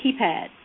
keypad